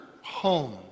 home